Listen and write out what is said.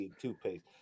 Toothpaste